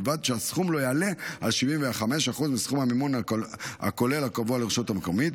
ובלבד שהסכום לא יעלה על 75% מסכום המימון הכולל הקבוע לרשות המקומית.